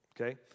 okay